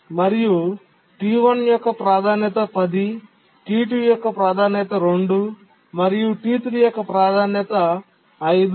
మరియు T1 యొక్క ప్రాధాన్యత 10 T2 యొక్క ప్రాధాన్యత 2 మరియు T3 యొక్క ప్రాధాన్యత 5